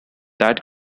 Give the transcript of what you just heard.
that